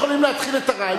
להתחיל את הרעיון,